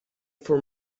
for